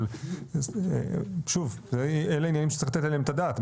אבל שוב, אלה עניינים שצריך לתת עליהם את הדעת.